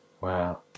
Wow